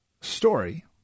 story